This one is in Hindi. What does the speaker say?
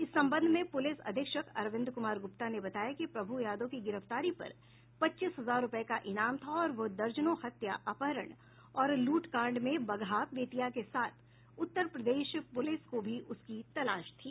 इस संबंध में पुलिस अधीक्षक अरविंद कुमार गुप्ता ने बताया कि प्रभु यादव की गिरफ्तारी पर पच्चीस हजार रूपये का इनाम था और वह दर्जनों हत्या अपहरण और लूटकांड में बगहा बेतिया के साथ उत्तर प्रदेश पूलिस को भी उसकी तलाश थी